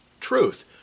truth